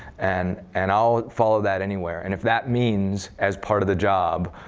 and and i'll follow that anywhere. and if that means, as part of the job,